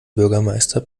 bürgermeister